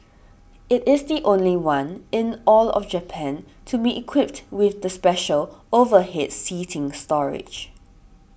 it is the only one in all of Japan to be equipped with the special overhead seating storage